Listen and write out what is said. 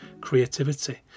creativity